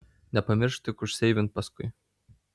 nepamiršk tik užseivint paskui